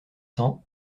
cents